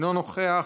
אינו נוכח,